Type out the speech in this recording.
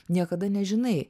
niekada nežinai